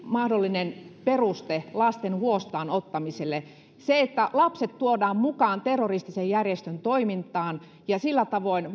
mahdollinen peruste lasten huostaan ottamiselle eikö se että lapset tuodaan mukaan terroristisen järjestön toimintaan ja sillä tavoin